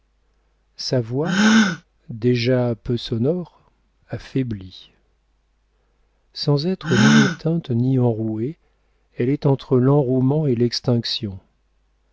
sa voix déjà peu sonore a faibli sans être ni éteinte ni enrouée elle est entre l'enrouement et l'extinction